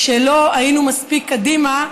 כשלא היינו מספיק קדימה,